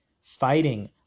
fighting